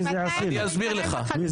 ממתי אתה מתערב בחלוקת התפקידים באופוזיציה?